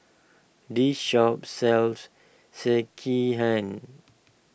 this shop sells Sekihan